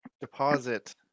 Deposit